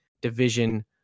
division